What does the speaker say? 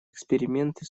эксперименты